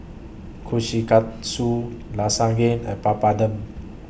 Kushikatsu Lasagne and Papadum